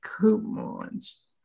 coupons